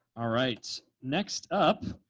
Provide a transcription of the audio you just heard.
all right. next up,